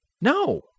No